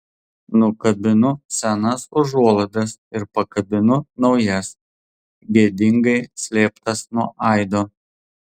nukabinu senas užuolaidas ir pakabinu naujas gėdingai slėptas nuo aido